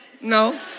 no